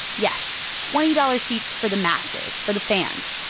yes, twenty dollars seats for the masses, for the fans.